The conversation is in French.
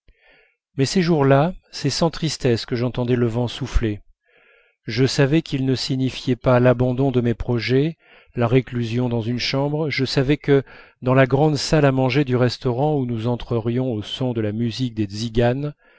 mais ces jours-là c'est sans tristesse que j'entendais le vent souffler je savais qu'il ne signifiait pas l'abandon de mes projets la réclusion dans une chambre je savais que dans la grande salle à manger du restaurant où nous entrerions au son de la musique des tziganes